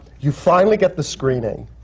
you finally get the screening,